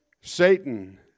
Satan